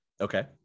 Okay